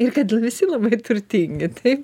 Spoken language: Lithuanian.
ir kad visi labai turtingi taip